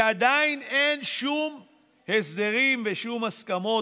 ועדיין אין שום הסדרים ושום הסכמות.